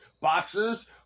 boxes